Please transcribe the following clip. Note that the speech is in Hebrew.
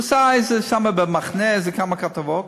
הוא עשה שם ב"במחנה" כמה כתבות.